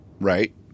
Right